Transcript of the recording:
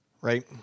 Right